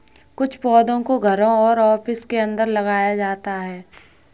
कुछ पौधों को घरों और ऑफिसों के अंदर लगाया जाता है